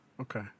okay